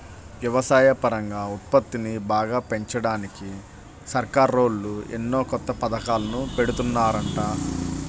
వ్యవసాయపరంగా ఉత్పత్తిని బాగా పెంచడానికి సర్కారోళ్ళు ఎన్నో కొత్త పథకాలను పెడుతున్నారంట